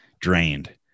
drained